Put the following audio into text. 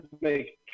make